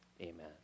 amen